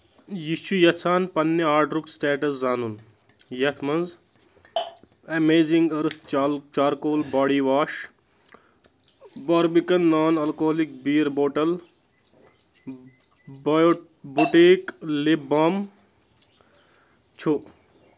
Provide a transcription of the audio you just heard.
یہٕ چھُ یژھان پننہِ آرڈرُک سٹیٹس زانُن یتھ مَنٛز امیزِنٛگ أرتھ چال charcoal body wash Barbican non alcoholic beer bottle Biotique lip balm چھُ